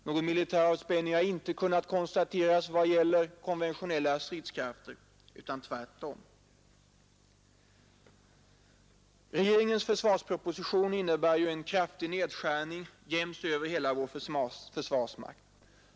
Någon militär avspänning har inte kunnat konstateras vad det beträffar konventionella militära stridskrafter, tvärtom. Regeringens försvarsproposition innebär en kraftig nedskärning jäms över hela vår försvarsmakt.